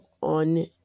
on